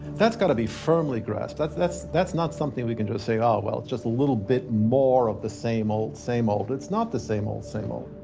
that's got to be firmly grasped. that's that's not something we can just say, oh, well, it's just a little bit more of the same old, same old. it's not the same old, same old.